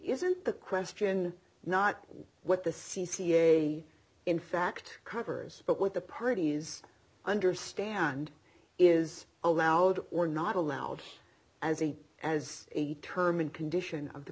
isn't the question not what the c c a in fact covers but what the parties understand is allowed or not allowed as a as a term and condition of the